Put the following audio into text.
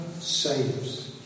saves